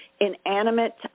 inanimate